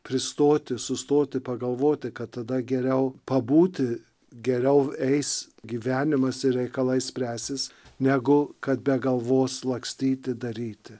pristoti sustoti pagalvoti kad tada geriau pabūti geriau eis gyvenimas ir reikalai spręsis negu kad be galvos lakstyti daryti